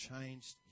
changed